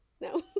No